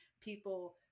people